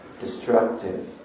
destructive